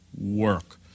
work